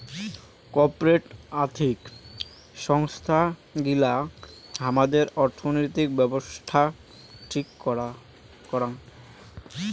corporate আর্থিক সংস্থান গিলা হামাদের অর্থনৈতিক ব্যাবছস্থা ঠিক করাং